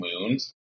moons